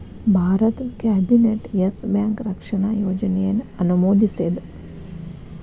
ಭಾರತದ್ cabinet Yes Bank ರಕ್ಷಣಾ ಯೋಜನೆಯನ್ನ ಅನುಮೋದಿಸೇದ್